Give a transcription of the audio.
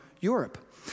Europe